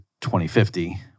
2050